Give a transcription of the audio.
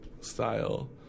style